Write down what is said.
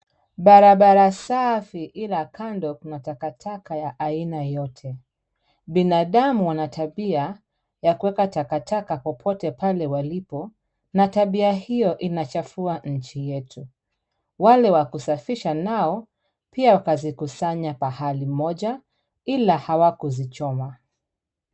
Barabara safi ila kando kuna takataka ya aina yote. Binadamu wana tabia ya kuweka takataka popote pale walipo na tabia hiyo inachafua nchi yetu. Wale wa kusafisha nao pia wakazikusanya pahali moja ila hawakuzichoma.